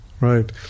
Right